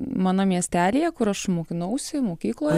mano miestelyje kur aš mokinausi mokykloje